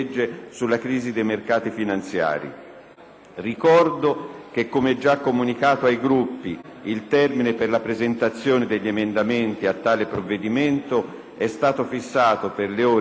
Ricordo che, come già comunicato ai Gruppi, il termine per la presentazione degli emendamenti a tale provvedimento è stato fissato per le ore 12 di lunedì 1° dicembre.